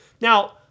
Now